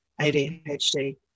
ADHD